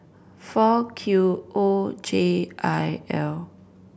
four Q O J I L